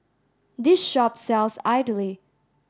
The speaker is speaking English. this shop sells idly